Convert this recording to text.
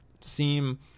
seem